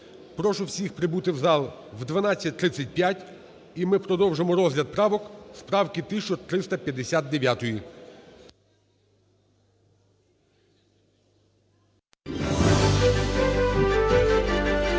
Прошу всіх прибути в зал о 12:35. І ми продовжимо розгляд правок з правки 1359.